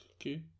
Okay